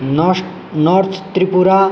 नोश्ट् north Tripura